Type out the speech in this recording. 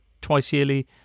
twice-yearly